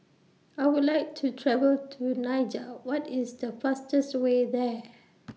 I Would like to travel to Niger What IS The fastest Way There